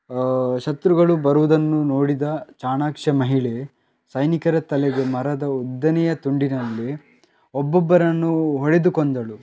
ಶತ್ರುಗಳು ಬರುವುದನ್ನು ನೋಡಿದ ಚಾಣಾಕ್ಷ ಮಹಿಳೆ ಸೈನಿಕರ ತಲೆಗೆ ಮರದ ಉದ್ದನೆಯ ತುಂಡಿನಲ್ಲಿ ಒಬ್ಬೊಬ್ಬರನ್ನೂ ಹೊಡೆದು ಕೊಂದಳು